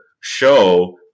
show